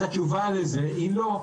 אז התשובה לזה היא לא.